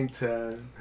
time